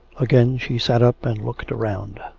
again she sat up and looked round.